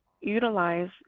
utilize